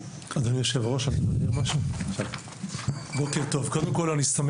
אדוני היושב-ראש, אני יכול לומר משהו?